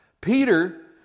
Peter